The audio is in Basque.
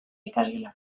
ikasgelan